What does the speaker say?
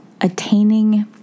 attaining